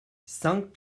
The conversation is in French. cinq